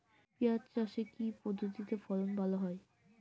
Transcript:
পিঁয়াজ চাষে কি পদ্ধতিতে ফলন ভালো হয়?